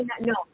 No